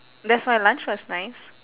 that's why lunch was nice